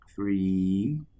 Three